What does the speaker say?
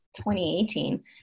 2018